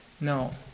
No